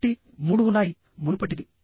కాబట్టి మూడు ఉన్నాయి మునుపటిది